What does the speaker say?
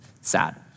sad